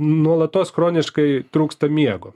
nuolatos chroniškai trūksta miego